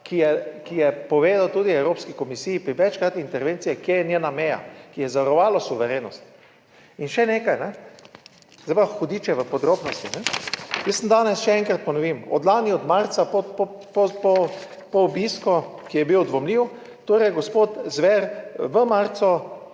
ki je povedal tudi Evropski komisiji pri večkratni intervenciji, kje je njena meja, ki je zavarovalo suverenost. In še nekaj, zdaj pa hudič je v podrobnostih. Jaz sem danes, še enkrat ponovim, od lani, od marca po obisku, ki je bil dvomljiv, torej gospod Zver v marcu